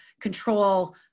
control